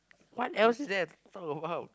what else is there talk about